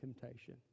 temptation